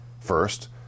First